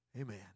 Amen